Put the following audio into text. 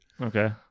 Okay